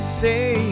say